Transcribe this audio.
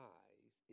eyes